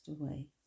away